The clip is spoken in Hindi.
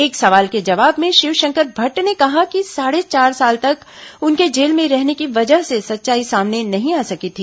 एक सवाल के जवाब में शिवशंकर भट्ट ने कहा कि साढ़े चार साल तक उनके जेल में रहने की वजह से सच्चाई सामने नहीं आ सकी थी